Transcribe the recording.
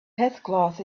headcloth